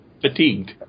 Fatigued